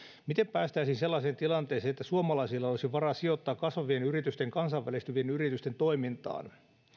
miten päästäisiin sellaiseen tilanteeseen että suomalaisilla olisi varaa sijoittaa kasvavien yritysten kansainvälistyvien yritysten toimintaan